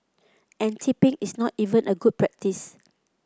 and tipping is not even a good practice